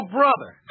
brother